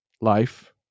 life